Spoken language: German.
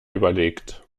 überlegt